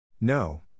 No